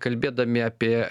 kalbėdami apie